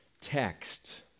text